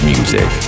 Music